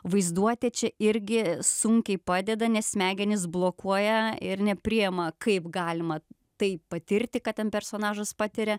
vaizduotė čia irgi sunkiai padeda nes smegenys blokuoja ir nepriėma kaip galima tai patirti ką ten personažas patiria